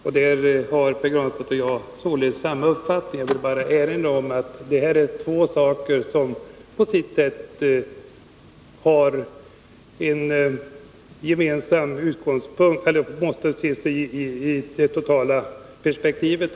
På den punkten är således Pär Granstedt och jag ense. Jag vill bara erinra om att detta är två saker som måste ses i ett totalt perspektiv.